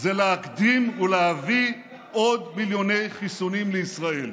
זה להקדים ולהביא עוד מיליוני חיסונים לישראל.